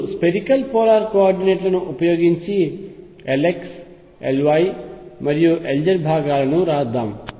ఇప్పుడు spherical polar coordinate లను ఉపయోగించి L Lx Ly మరియు Lz యొక్క భాగాలను వ్రాద్దాం